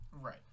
Right